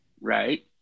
Right